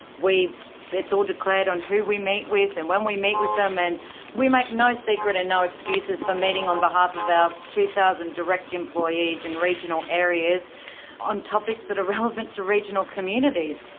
it's all declared on who we meet with and when we meet with them. and we make no secret and no excuses for meeting on behalf of our two thousand direct employees in regional areas on topics that are relevant to regional communities.